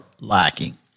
lacking